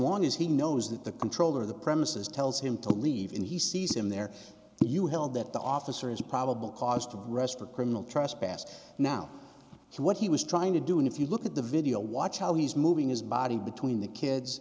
long as he knows that the controller of the premises tells him to leave and he sees him there you held that the officer is probable cause to rest for criminal trespass now so what he was trying to do and if you look at the video watch how he's moving his body between the kids